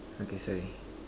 okay sorry